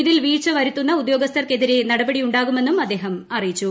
ഇതിൽ വീഴ്ച വരുത്തുന്ന ഉദ്യോഗസ്ഥർക്കെതിരെ നടപടിയുണ്ടാകുമെന്നും അദ്ദേഹം അറിയിച്ചു